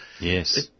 yes